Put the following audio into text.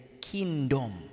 kingdom